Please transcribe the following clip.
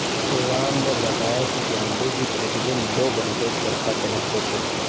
राम ने बताया कि गांधी जी प्रतिदिन दो घंटे चरखा चलाते थे